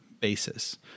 basis